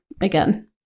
again